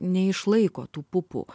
neišlaiko tų pupų